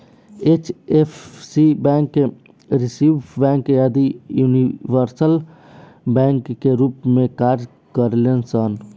HFC bank, Swiss bank आदि universal bank के रूप में कार्य करेलन सन